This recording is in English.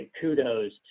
kudos